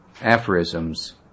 aphorisms